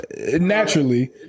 naturally